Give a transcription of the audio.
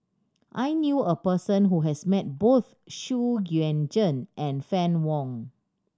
I knew a person who has met both Xu Yuan Zhen and Fann Wong